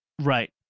Right